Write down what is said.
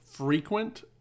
frequent